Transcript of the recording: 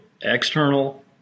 external